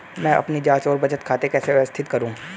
मैं अपनी जांच और बचत खाते कैसे व्यवस्थित करूँ?